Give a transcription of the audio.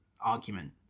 argument